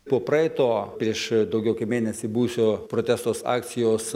po praeito prieš daugiau kaip mėnesį buvusio protesto akcijos